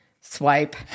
swipe